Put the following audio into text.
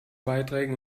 beiträgen